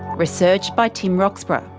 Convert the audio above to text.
research by tim roxburgh,